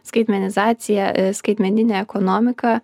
skaitmenizacija skaitmeninė ekonomika